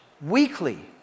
weekly